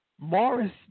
Morris